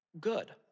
good